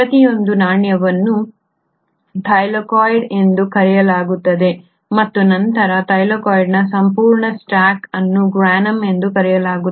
ಪ್ರತಿಯೊಂದು ನಾಣ್ಯವನ್ನು ಥೈಲಾಕೋಯ್ಡ್ ಎಂದು ಕರೆಯಲಾಗುತ್ತದೆ ಮತ್ತು ನಂತರ ಥೈಲಾಕೋಯ್ಡ್ನ ಸಂಪೂರ್ಣ ಸ್ಟಾಕ್ ಅನ್ನು ಗ್ರ್ಯಾನಮ್ ಎಂದು ಕರೆಯಲಾಗುತ್ತದೆ